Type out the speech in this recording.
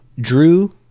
Drew